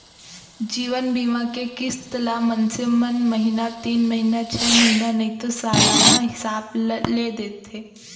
जीवन बीमा के किस्त ल मनसे मन महिना तीन महिना छै महिना नइ तो सलाना हिसाब ले देथे